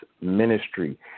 ministry